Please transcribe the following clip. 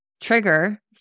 trigger